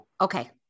Okay